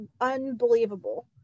unbelievable